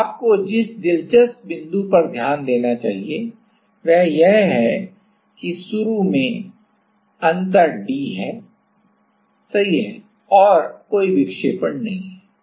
अब आपको जिस दिलचस्प बिंदु पर ध्यान देना चाहिए वह यह है कि शुरू में शुरू में गैप d है सही है और कोई विक्षेपण नहीं है